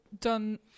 done